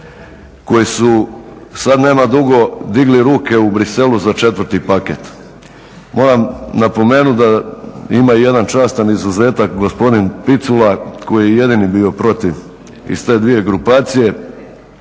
koji su sada nema dugo digli ruke u Bruxellesu za 4.paket. Moram napomenuti da ima jedan častan izuzetak gospodin Picula koji je jedini bio protiv iz te dvije grupacije.